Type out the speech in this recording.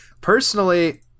personally